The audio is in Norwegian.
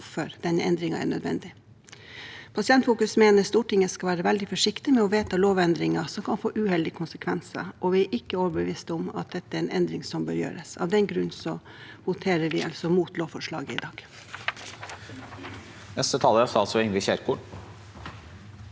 denne endringen er nødvendig. Pasientfokus mener Stortinget skal være veldig forsiktig med å vedta lovendringer som kan få uheldige konsekvenser, og vi er ikke overbevist om at dette er en endring som bør gjøres. Av den grunn stemmer vi altså imot lovforslaget i dag.